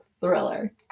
Thriller